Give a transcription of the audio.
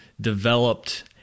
developed